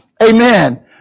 Amen